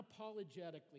unapologetically